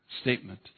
statement